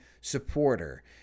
supporter